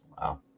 wow